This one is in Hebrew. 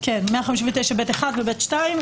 כן, 159ב1 ו -159ב2.